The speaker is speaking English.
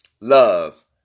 love